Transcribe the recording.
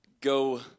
go